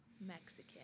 mexican